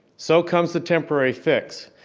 so comes the temporary fix.